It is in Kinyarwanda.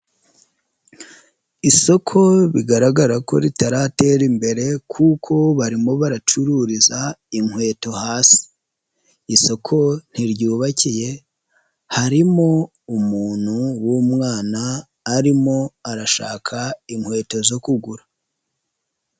Isoko bigaragara ko ritaratera imbere kuko barimo baracururiza inkweto hasi. Isoko ntiryubakiye, harimo umuntu w'umwana arimo arashaka inkweto zo kugura.